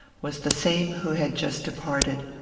was the same who had just departed.